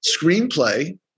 screenplay